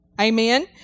Amen